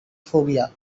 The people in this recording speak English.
phobia